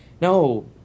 No